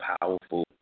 powerful